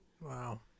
Wow